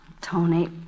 Tony